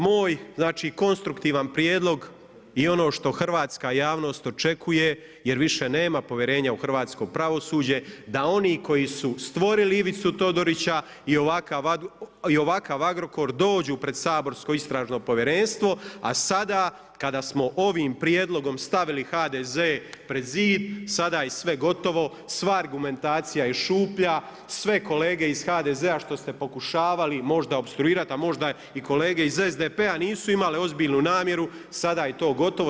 Moj konstruktivan prijedlog je ono što hrvatska javnost očekuje jer više nema povjerenja u hrvatsko pravosuđe, da oni koji su stvorili Ivicu Todorića i ovakav Agrokor dođu pred saborsko Istražno povjerenstvo a sada kada smo ovim prijedlogom stavili HDZ pred zid, sada je sve gotovo, sva argumentacija je šuplja, sve kolege iz HDZ-a što se pokušavali možda opstruirati a možda i kolege iz SDP-a nisu imali ozbiljnu namjeru, sada je to gotovo.